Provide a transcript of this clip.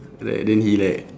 right then he like